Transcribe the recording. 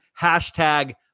hashtag